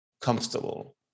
comfortable